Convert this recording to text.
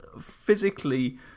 physically